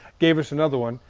gave us another one,